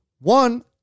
One